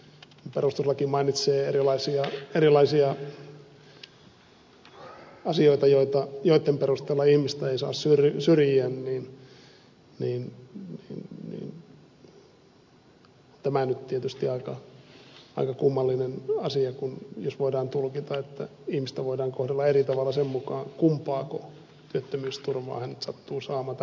kun perustuslaki mainitsee erilaisia asioita joitten perusteella ihmistä ei saa syrjiä niin tämä nyt on tietysti aika kummallinen asia jos voidaan tulkita että ihmistä voidaan kohdella eri tavalla sen mukaan kumpaa työttömyysturvaa hän nyt sattuu saamaan tai mitä näistä kolmesta